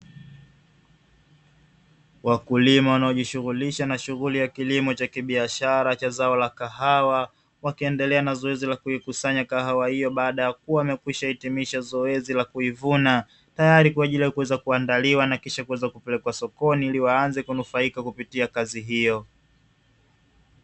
Wakulima wanaojishughulisha na shughuli ya kilimo cha kibiashara cha zao la kahawa, wakiendelea na zoezi la kuikusanya kahawa hiyo, baada ya kuwa wamekwisha hitimisha zoezi la kuvuna, tayari kwa ajili ya kuweza kuandaliwa na kisha kuweza kupelekwa sokoni, ili waanze kunufaika kupitia kazi hiyo.